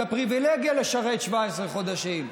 את הפריבילגיה לשרת 17 חודשים?